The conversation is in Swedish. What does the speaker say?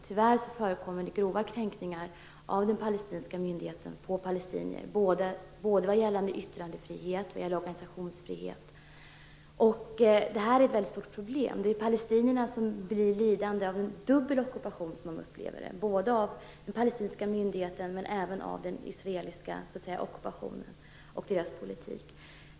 Tyvärr förekommer grova kränkningar av palestinier från den palestinska myndigheten, både vad gäller yttrandefrihet och organisationsfrihet, och det är ett väldigt stort problem. Palestinierna upplever att de blir lidande under en dubbel ockupation, både av den palestinska myndigheten och av den israeliska ockupationen och dess politik.